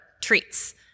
treats